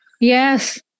Yes